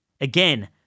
Again